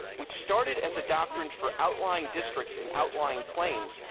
which started as a doctrine for outlying districts in outlying claims,